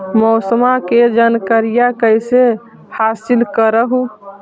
मौसमा के जनकरिया कैसे हासिल कर हू?